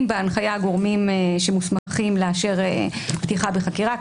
בהנחיה גורמים שמוסמכים לאשר פתיחה בחקירה.